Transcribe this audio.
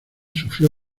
sufrió